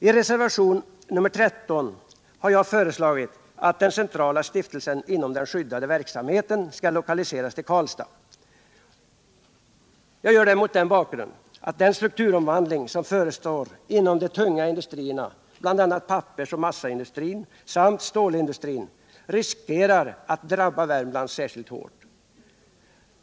I reservationen 13 har jag föreslagit att den centrala stiftelsen inom den skyddade verksamheten skall lokaliseras till Karlstad, och jag har gjort det mot den bakgrunden att den strukturomvandling som förestår inom de tunga industrierna, t.ex. pappersoch massaindustrin samt stålindustrin, riskerar att drabba Värmland särskilt hårt.